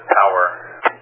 power